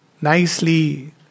nicely